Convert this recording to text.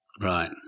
Right